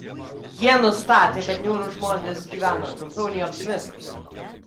jie nustatė kad niūrūs žmonės gyvena trumpiau nei optimistai